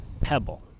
Pebble